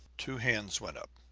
two hands went up.